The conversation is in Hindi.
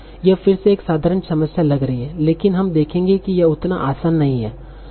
यह फिर से एक साधारण समस्या लग रही है लेकिन हम देखेंगे कि यह उतना आसान नहीं है